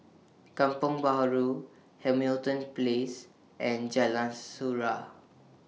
Kampong Bahru Hamilton Place and Jalan Surau